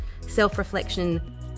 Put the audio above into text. self-reflection